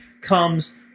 comes